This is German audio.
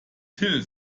thiel